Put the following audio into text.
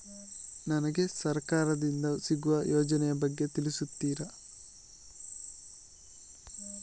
ನನಗೆ ಸರ್ಕಾರ ದಿಂದ ಸಿಗುವ ಯೋಜನೆ ಯ ಬಗ್ಗೆ ತಿಳಿಸುತ್ತೀರಾ?